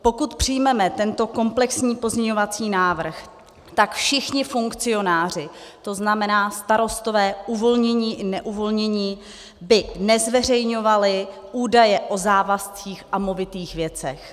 Pokud přijmeme tento komplexní pozměňovací návrh, tak všichni funkcionáři, to znamená starostové uvolnění i neuvolnění, by nezveřejňovali údaje o závazcích a movitých věcech.